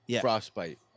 frostbite